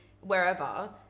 wherever